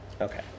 Okay